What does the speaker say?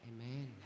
Amen